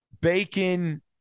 bacon